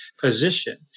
position